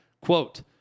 Quote